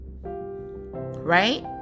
right